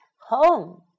home